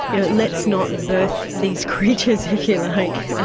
you know, let's not birth these creatures, if you like,